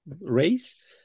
race